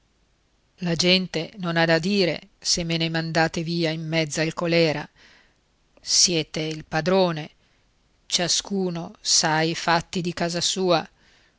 la gente non ha da dire se me ne mandate via in mezzo al colèra siete il padrone ciascuno sa i fatti di casa sua